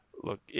Look